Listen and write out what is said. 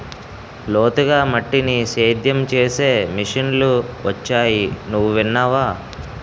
లోతుగా మట్టిని సేద్యం చేసే మిషన్లు వొచ్చాయి నువ్వు విన్నావా?